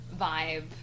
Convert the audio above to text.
vibe